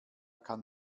kann